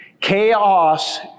Chaos